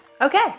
okay